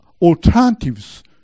alternatives